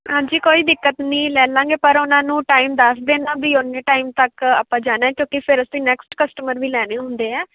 ਹਾਂਜੀ ਕੋਈ ਦਿੱਕਤ ਨਹੀਂ ਲੈ ਲਾਂਗੇ ਪਰ ਉਹਨਾਂ ਨੂੰ ਟਾਈਮ ਦੱਸ ਦਿੰਨਾ ਵੀ ਉੰਨੇ ਟਾਈਮ ਤੱਕ ਆਪਾਂ ਜਾਣਾ ਕਿਉਂਕਿ ਫਿਰ ਅਸੀਂ ਨੈਕਸਟ ਕਸਟਮਰ ਵੀ ਲੈਣੇ ਹੁੰਦੇ ਹੈ